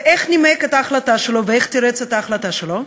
ואיך נימק את ההחלטה שלו ואיך תירץ את ההחלטה שלו?